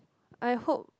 I hope